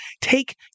take